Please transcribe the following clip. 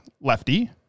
Lefty